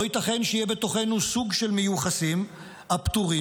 לא ייתכן שיהיה בתוכנו סוג של מיוחסים הפטורים